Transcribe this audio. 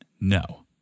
No